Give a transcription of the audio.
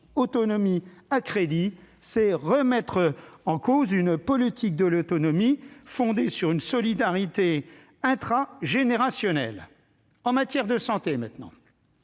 autonomie à crédit, c'est remettre en cause une politique de l'autonomie fondée sur une solidarité intragénérationnelle. En matière de santé, nous